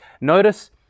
Notice